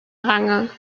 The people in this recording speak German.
range